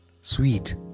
sweet